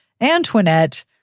Antoinette